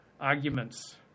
arguments